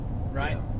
right